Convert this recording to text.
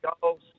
goals